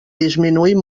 disminuir